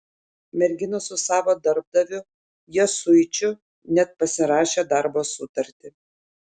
merginos su savo darbdaviu jasuičiu net pasirašė darbo sutartį